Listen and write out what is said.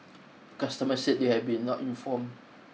customers said they had not been informed